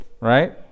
Right